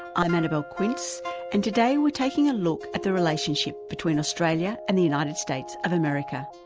i'm annabelle quince and today we're taking a look at the relationship between australia and the united states of america.